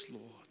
Lord